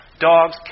dogs